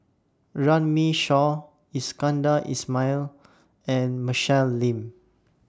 Runme Shaw Iskandar Ismail and Michelle Lim